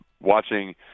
Watching